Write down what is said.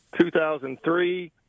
2003